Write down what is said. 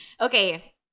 Okay